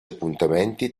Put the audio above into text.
appuntamenti